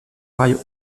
rail